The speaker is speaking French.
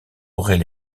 auraient